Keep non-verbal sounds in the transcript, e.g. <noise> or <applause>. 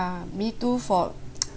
me too for <noise>